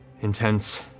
intense